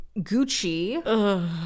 Gucci